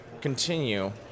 continue